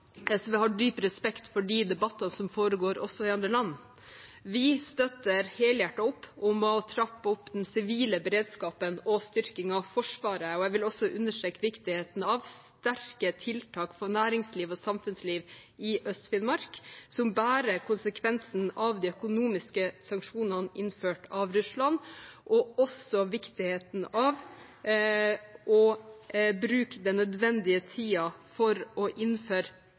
SV har dyp respekt for de debattene som foregår også i andre land. Vi støtter helhjertet opp om å trappe opp den sivile beredskapen og styrking av forsvaret. Jeg vil understreke viktigheten av sterke tiltak for næringsliv og samfunnsliv i Øst-Finnmark – som bærer konsekvensen av de innførte økonomiske sanksjonene av Russland – og viktigheten av å bruke den nødvendige tiden for å innføre